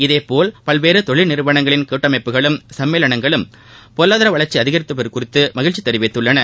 இதேபோல்பல்வேறுதொழில்நிறுவன்ங்களின்கூட்டமைப்புகளும்சம்மேளனங்களு ம்பொருளாதாரவளர்ச்சிஅதிகரித்ததுகுறித்துமகிழ்ச்சிதெரிவித்துள்ளன